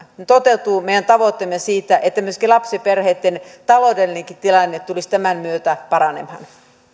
toteutuu meidän tavoitteemme siitä että myös lapsiperheitten taloudellinenkin tilanne tulisi tämän myötä paranemaan